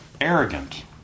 arrogant